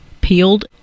peeled